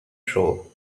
show